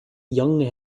young